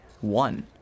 One